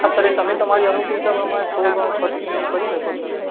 હા સર એ તમે તમારી અનૂકુળતા પ્રમાણે થોડું ઘણું ખર્ચ તમે એ કરી શકો સર